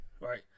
Right